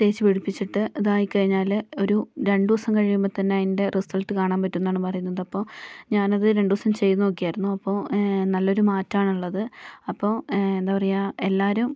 തേച്ച് പിടിപ്പിച്ചിട്ട് ഇതായി കഴിഞ്ഞാൽ ഒരു രണ്ടു ദിവസം കഴിയുമ്പം തന്നെ അതിന്റെ റിസള്ട്ട് കാണാന് പറ്റുമെന്നാണ് പറയുന്നതപ്പോൾ ഞാനത് രണ്ടു ദിവസം ചെയ്ത് നോക്കിയായിരുന്നു അപ്പോൾ നല്ലൊരു മാറ്റമാണ് ഉള്ളത് അപ്പോൾ എന്താപറയുക എല്ലാവരും